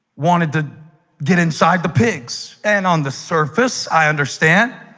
wanted to get inside the pigs and on the surface i understand